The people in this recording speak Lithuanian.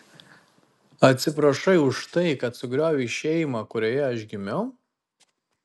atsiprašai už tai kad sugriovei šeimą kurioje aš gimiau